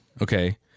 Okay